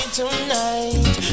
tonight